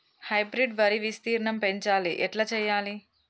Hybrid వరి విస్తీర్ణం పెంచాలి ఎట్ల చెయ్యాలి?